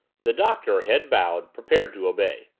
the doctor, head bowed, prepared to obey.